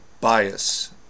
bias